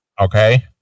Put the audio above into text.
Okay